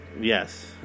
Yes